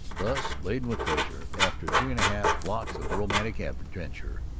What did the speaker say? thus, laden with treasure, after three and a half blocks of romantic adventure,